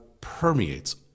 permeates